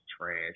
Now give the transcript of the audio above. trash